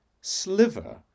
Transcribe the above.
sliver